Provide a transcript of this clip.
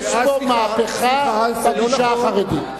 יש פה מהפכה בגישה החרדית.